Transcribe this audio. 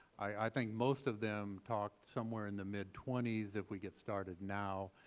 i think most of them talk somewhere in the mid twenty s if we get started now.